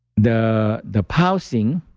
the the pulsing,